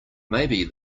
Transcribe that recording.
maybe